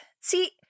See